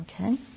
okay